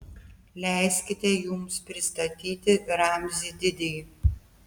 leiskite jums pristatyti ramzį didįjį